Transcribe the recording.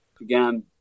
again